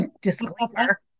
disclaimer